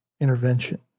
intervention